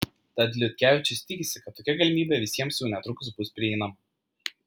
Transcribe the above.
tad liutkevičius tikisi kad tokia galimybė visiems jau netrukus bus prieinama